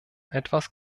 etwas